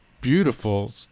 beautiful